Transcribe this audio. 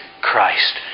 Christ